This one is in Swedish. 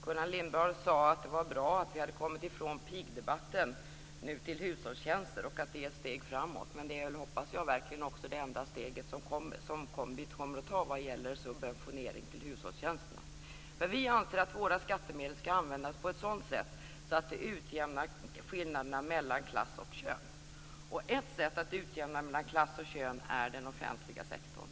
Gullan Lindblad sade att det var bra att vi har kommit ifrån pigdebatten genom att nu tala om hushållstjänster och att det är ett steg framåt. Men jag hoppas verkligen att det är det enda steget som vi kommer att ta när det gäller subventionering av hushållstjänster. Vi anser att skattemedlen skall användas på ett sådant sätt att skillnaderna mellan klass och kön utjämnas. Ett sätt att utjämna mellan klass och kön är att utnyttja den offentliga sektorn.